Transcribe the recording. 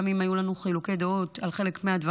גם אם היו לנו חילוקי דעות על חלק מהדברים.